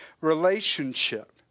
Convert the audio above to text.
relationship